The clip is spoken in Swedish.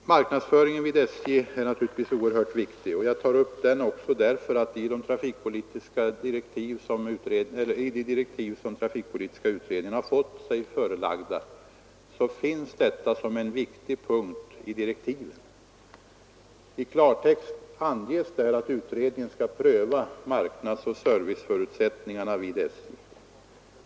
Marknadsföringen vid SJ är naturligtvis oerhört viktig och jag tar upp den också därför att den finns med som en väsentlig punkt i de direktiv som trafikpolitiska utredningen har fått sig förelagda. I klartext anges där att utredningen skall pröva marknadsoch serviceförutsättningarna vid SJ.